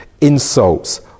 insults